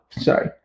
sorry